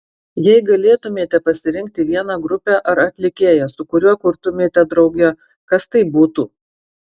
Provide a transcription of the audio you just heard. jei galėtumėte pasirinkti vieną grupę ar atlikėją su kuriuo kurtumėte drauge kas tai būtų